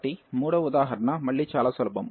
కాబట్టి మూడవ ఉదాహరణ మళ్ళీ చాలా సులభం